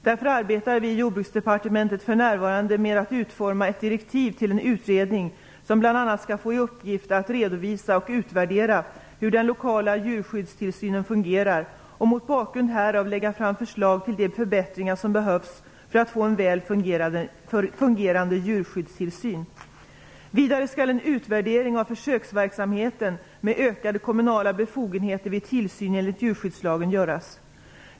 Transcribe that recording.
Därför arbetar vi i Jordbruksdepartementet för närvarande med att utforma ett direktiv till en utredning som bl.a. skall få i uppgift att redovisa och utvärdera hur den lokala djurskyddstillsynen fungerar och mot bakgrund härav lägga fram förslag till de förbättringar som behövs för att få en väl fungerande djurskyddstillsyn. Vidare skall en utvärdering av försöksverksamheten med ökade kommunala befogenheter vid tillsyn enligt djurskyddslagen göras.